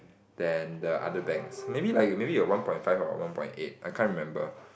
than the other banks maybe like maybe you'll have one point five or one point eight I can't remember